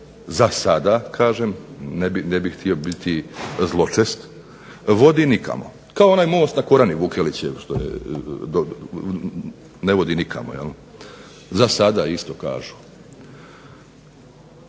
za sada kažem, ne bih htio biti zločest, vodi nikamo. Kao onaj most na Korani Vukelićev što ne vodi nikamo, za sada isto kažu.